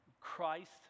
Christ